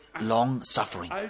long-suffering